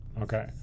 okay